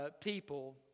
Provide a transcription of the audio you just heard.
people